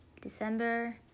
December